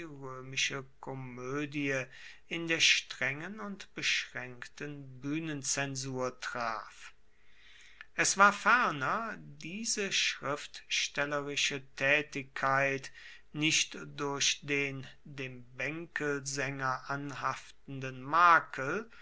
komoedie in der strengen und beschraenkten buehnenzensur traf es war ferner diese schriftstellerische taetigkeit nicht durch den dem baenkelsaenger anhaftenden makel